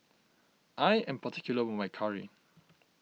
I am particular about my Curry